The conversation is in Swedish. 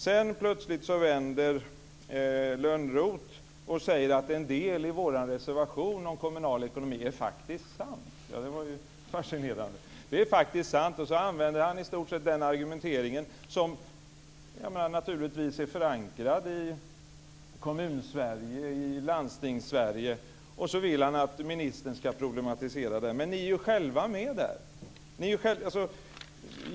Sedan vänder Lönnroth plötsligt och säger att en del i vår reservation om kommunalekonomi faktiskt är sant. Det var ju fascinerande! Han använder i stort sett den argumentering som naturligtvis är förankrad i Kommunsverige och Landstingssverige, och så vill han att ministern ska problematisera det. Men ni är ju själva med där!